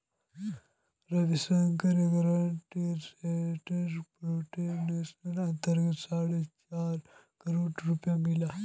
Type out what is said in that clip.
रविशंकरक guaranteed asset प्रोटेक्शनेर अंतर्गत साढ़े चार करोड़ रुपया मिल ले